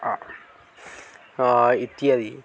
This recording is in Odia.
ଇତ୍ୟାଦି